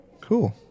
cool